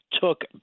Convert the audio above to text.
took